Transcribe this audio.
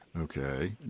Okay